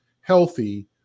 healthy